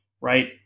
right